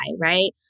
right